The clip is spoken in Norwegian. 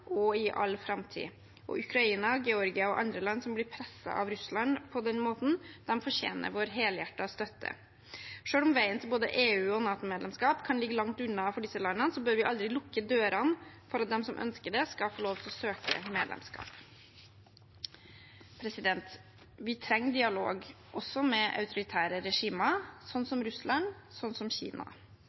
og i all framtid. Ukraina, Georgia og andre land som blir presset av Russland på den måten, fortjener vår helhjertede støtte. Selv om veien til både EU- og NATO-medlemskap kan ligge langt unna for disse landene, bør vi aldri lukke dørene for at de som ønsker det, skal få lov til å søke medlemskap. Vi trenger dialog, også med autoritære regimer som Russland og Kina.